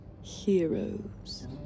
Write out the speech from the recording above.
heroes